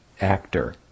actor